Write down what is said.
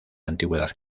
antigüedad